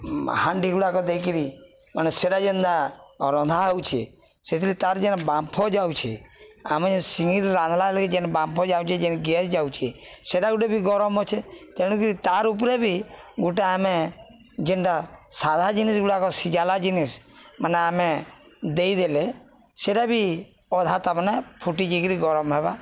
ହାଣ୍ଡି ଗୁଡ଼ାକ ଦେଇକିରି ମାନେ ସେଟା ଯେନ୍ତା ରନ୍ଧା ହଉଛେ ସେଥିରେ ତାର ଯେନ୍ ବାମ୍ଫ ଯାଉଛେ ଆମେ ଯେନ୍ ଶିଙ୍ଗିରେ ରାନ୍ଧ୍ଲା ବୋଗି ଯେନ୍ ବାମ୍ଫ ଯାଉଛେ ଯେନ୍ ଗେସ୍ ଯାଉଛେ ସେଟା ଗୋଟେ ବି ଗରମ ଅଛେ ତେଣୁକରି ତାର ଉପରେ ବି ଗୁଟେ ଆମେ ଯେନ୍ତା ସାଧା ଜିନିଷ ଗୁଡ଼ାକ ସିଜାଲା ଜିନିଷ୍ ମାନେ ଆମେ ଦେଇଦେଲେ ସେଟା ବି ଅଧା ତାପ ନେ ଫୁଟି ଜାଇକିରି ଗରମ ହେବା